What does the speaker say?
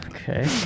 Okay